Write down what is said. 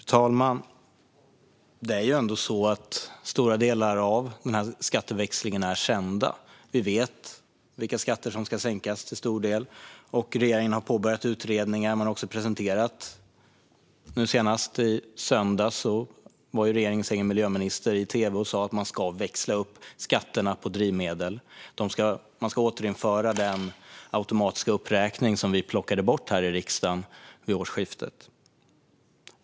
Fru talman! Det är ju ändå så att stora delar av denna skatteväxling redan är kända. Vi vet till stor del vilka skatter som ska sänkas. Regeringen har påbörjat utredningar och presenterat satsningar. Senast i söndags sa regeringens egen miljöminister i tv att man ska växla upp skatterna på drivmedel. Man ska återinföra den automatiska uppräkning som vi här i riksdagen plockade bort vid årsskiftet.